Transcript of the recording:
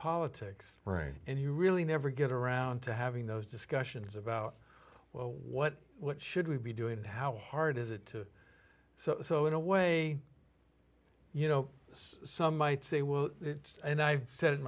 politics reign and you really never get around to having those discussions about what what should we be doing and how hard is it to so so in a way you know some might say well and i've said